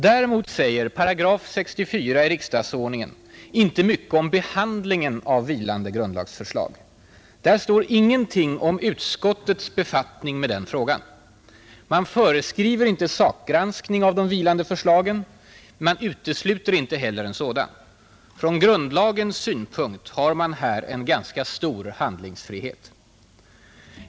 Däremot säger 64 § i riksdagsordningen inte mycket om behandlingen av vilande grundlagsförslag. Där står ingenting om utskottets befattning med den frågan. Man föreskriver inte sakgranskning av de vilande förslagen men utesluter inte heller en sådan, Från grundlagssynpunkt har man här en ganska stor handlingsfrihet.